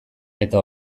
eta